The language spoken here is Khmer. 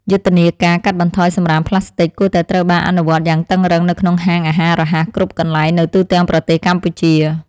យុទ្ធនាការកាត់បន្ថយសំរាមផ្លាស្ទិចគួរតែត្រូវបានអនុវត្តយ៉ាងតឹងរ៉ឹងនៅក្នុងហាងអាហាររហ័សគ្រប់កន្លែងនៅទូទាំងប្រទេសកម្ពុជា។